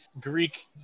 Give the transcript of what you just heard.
greek